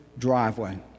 driveway